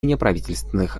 неправительственных